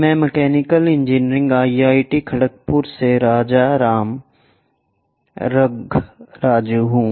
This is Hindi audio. मैं मैकेनिकल इंजीनियरिंग IIT खड़गपुर से राजाराम लखराजु हूँ